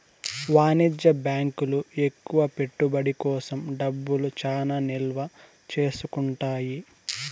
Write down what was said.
వాణిజ్య బ్యాంకులు ఎక్కువ పెట్టుబడి కోసం డబ్బులు చానా నిల్వ చేసుకుంటాయి